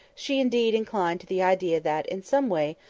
she indeed inclined to the idea that, in some way,